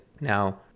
Now